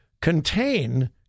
contain